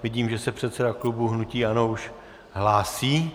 Vidím, že se předseda klubu hnutí ANO už hlásí.